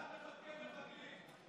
בעד מחבקי מחבלים.